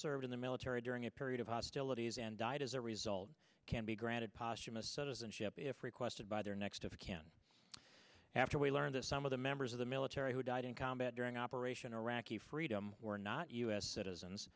served in the military during a period of hostilities and died as a result can be granted posthumous citizenship if requested by their next of kin after we learn that some of the members of the military who died in combat during operation iraqi freedom were not u s citizens